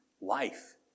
life